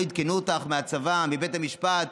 לא עדכנו אותך מהצבא, מבית המשפט?